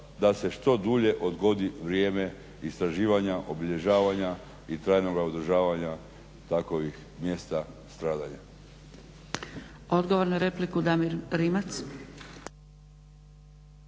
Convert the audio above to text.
da se što dulje odgodi vrijeme istraživanja, obilježavanja i trajnoga uzdržavanja takovih mjesta stradanja.